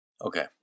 Okay